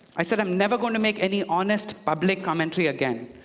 i said, i'm never going to make any honest public commentary again.